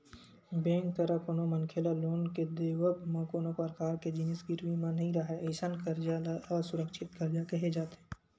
bank करा कोनो मनखे ल लोन के देवब म कोनो परकार के जिनिस गिरवी म नइ राहय अइसन करजा ल असुरक्छित करजा केहे जाथे